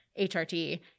HRT